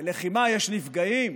בלחימה יש נפגעים.